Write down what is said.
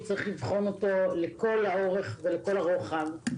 צריך לבחון אותו לכל האורך ולכל הרוחב.